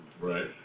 Right